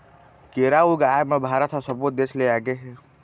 केरा ऊगाए म भारत ह सब्बो देस ले आगे हे